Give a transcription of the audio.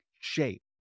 shape